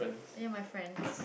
me and my friends